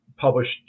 published